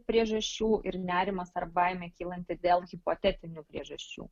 priežasčių ir nerimas ar baimė kylanti dėl hipotetinių priežasčių